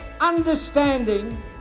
understanding